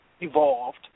evolved